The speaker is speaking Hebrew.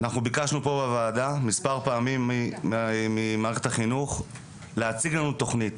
אנחנו ביקשנו בוועדה מספר פעמים ממערכת החינוך להציג לנו תוכנית